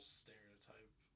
stereotype